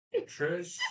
Trish